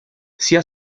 sia